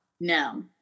no